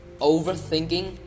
overthinking